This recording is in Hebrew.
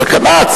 סכנה.